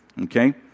Okay